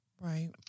Right